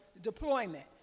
deployment